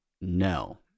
no